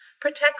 protects